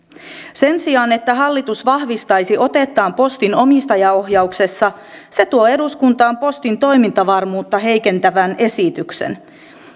sen sijaan että hallitus vahvistaisi otettaan postin omistajaohjauksessa se tuo eduskuntaan postin toimintavarmuutta heikentävän esityksen